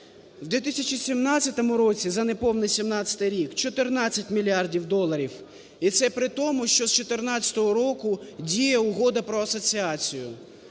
у 2017 році за неповний 2017 рік – 14 мільярдів доларів, і це при тому, що з 2014 року діє Угода про асоціацію.